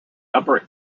upper